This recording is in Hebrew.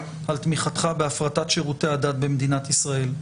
על תמיכתך בהפרטת שירותי הדת במדינת ישראל,